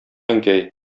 әнкәй